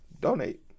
donate